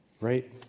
right